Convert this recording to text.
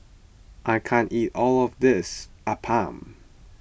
I can't eat all of this Appam